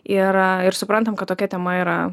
ir ir suprantam kad tokia tema yra